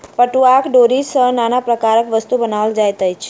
पटुआक डोरी सॅ नाना प्रकारक वस्तु बनाओल जाइत अछि